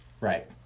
Right